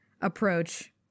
approach